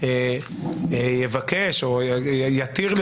יבקש או יתיר לי,